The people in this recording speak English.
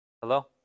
Hello